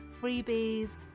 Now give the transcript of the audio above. freebies